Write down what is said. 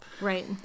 Right